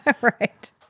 Right